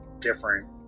different